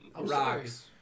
Rocks